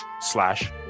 slash